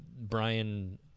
Brian